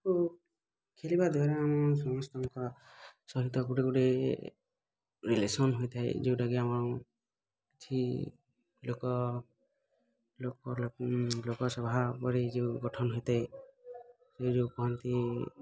ଓ ଖେଳିବା ଦ୍ୱାରା ଆମ ସମସ୍ତଙ୍କ ସହିତ ଗୋଟେ ଗୋଟେ ରିଲେସନ୍ ହୋଇଥାଏ ଯେଉଁଟା କି ଆମର କିଛି ଲୋକ ଲୋକ ଲୋକଙ୍କ ଲୋକସଭା ପରି ଯେଉଁ ଗଠନ ହେଇଥାଏ ସେ ଯେଉଁ କହନ୍ତି